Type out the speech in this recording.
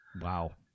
wow